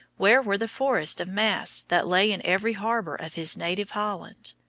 where were the forests of masts that lay in every harbour of his native holland?